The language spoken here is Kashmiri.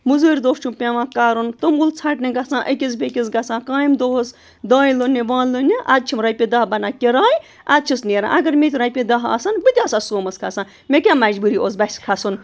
مٔزوٗرۍ دۄہ چھُم پٮ۪وان کَرُن توٚمُل ژھَٹنہِ گژھان أکِس بیٚکِس گژھان کامہِ دۄہَس دانہِ لوننہِ وان لوننہِ اَدٕ چھِم رۄپیہِ دَہ بَنان کِراے اَدٕ چھِس نیران اگر مےٚ تہِ رۄپیہِ دَہ آسَن بہٕ تہِ آسا سومَس کھَسان مےٚ کیٛاہ مجبوٗری اوس بَسہِ کھَسُن